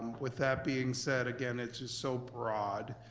with that being said, again it's just so broad.